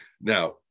Now